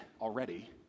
already